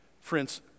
Friends